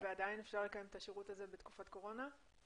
ועדיין אפשר לקיים את השירות הזה בתקופת קורונה?